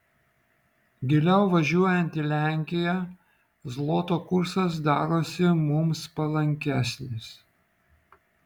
giliau važiuojant į lenkiją zloto kursas darosi mums palankesnis